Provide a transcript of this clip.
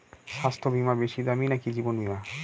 স্বাস্থ্য বীমা বেশী দামী নাকি জীবন বীমা?